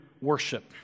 worship